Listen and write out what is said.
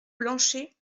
blanchet